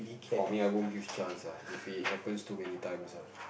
for me I won't give chance ah if it happens too many times ah